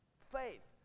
Faith